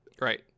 Right